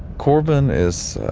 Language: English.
corbin is